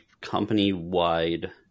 company-wide